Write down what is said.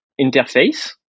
interface